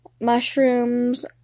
mushrooms